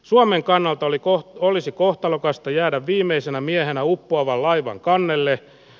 suomen kannalta oli kohta olisi kohtalokasta jäädä viimeisenä miehenä uppoavan laivan kannelle